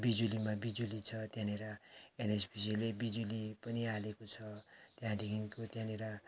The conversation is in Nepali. बिजुलीमा बिजुली छ त्यहाँनिर एनएचपिसीले बिजुली पुनि हालेको छ त्यहाँदेखिन्को त्यहाँनिर